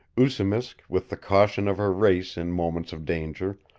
oosimisk, with the caution of her race in moments of danger,